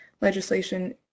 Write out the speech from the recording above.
legislation